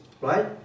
right